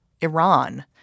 Iran